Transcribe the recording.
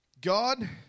God